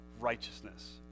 righteousness